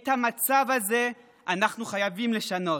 את המצב הזה אנחנו חייבים לשנות.